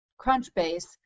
Crunchbase